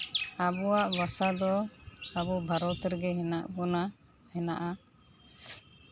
ᱟᱵᱚᱣᱟᱜ ᱵᱷᱟᱥᱟ ᱫᱚ ᱟᱵᱚ ᱵᱷᱟᱨᱚᱛ ᱨᱮᱜᱮ ᱢᱮᱱᱟᱜ ᱵᱚᱱᱟ ᱦᱮᱱᱟᱜᱼᱟ